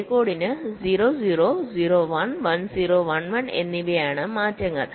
grey കോഡിന് 0 0 0 1 1 0 1 1 എന്നിവയാണ് മാറ്റങ്ങൾ